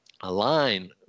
align